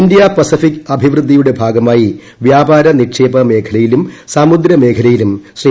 India Pacific അഭിവൃദ്ധിയുടെ ഭാഗമായി വ്യാപാര നിക്ഷേപ മേഖലയിലും സമുദ്രമേഖലയിലും ശ്രീ